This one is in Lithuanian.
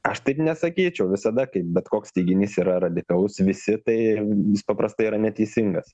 aš taip nesakyčiau visada kai bet koks teiginys yra radikalus visi tai jis paprastai yra neteisingas